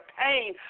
pain